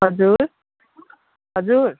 हजुर हजुर